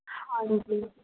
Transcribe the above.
ਹਾਂਜੀ